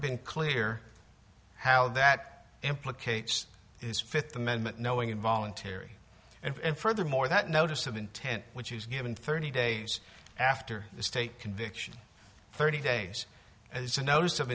been clear how that implicates his fifth amendment knowing involuntary and furthermore that notice of intent which is given thirty days after the state conviction thirty days as a notice of